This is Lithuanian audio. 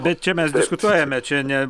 bet čia mes diskutuojame čia ne